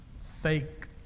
fake